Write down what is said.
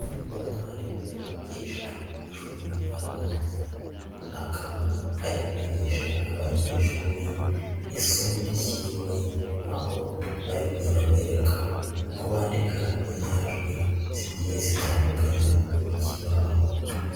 Umwarimu wigisha mu mashuri abanza, akaba ari kwigisha abanyeshuri isomo ryiwe aho ari kugenda amwereka uko bandika inyajwi zigiye zitandukanye ku kibaho.